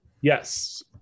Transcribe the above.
Yes